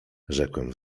rzekłem